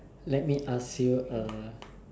let me ask you a